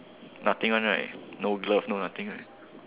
nothing one right no glove no thing right